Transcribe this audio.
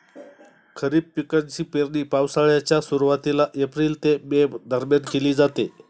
खरीप पिकांची पेरणी पावसाळ्याच्या सुरुवातीला एप्रिल ते मे दरम्यान केली जाते